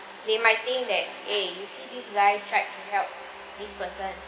they might think that eh you see this guy tried to help this person